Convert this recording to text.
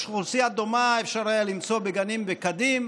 אוכלוסייה דומה אפשר היה למצוא בגנים ובכדים.